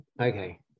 Okay